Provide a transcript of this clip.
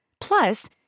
Plus